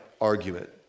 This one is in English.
argument